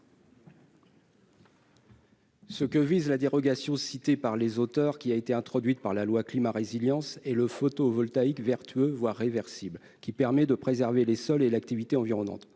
Ce que vise la dérogation citée par les auteurs, qui a été introduite par la loi Climat et résilience, est le photovoltaïque vertueux, voire réversible, qui permet de préserver les sols et l'activité environnante.